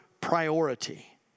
priority